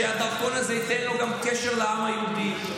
שהדרכון הזה ייתן לו גם קשר לעם היהודי.